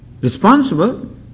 responsible